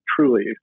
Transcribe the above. truly